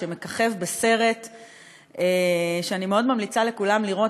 שמככב בסרט שאני מאוד ממליצה לכולם לראות,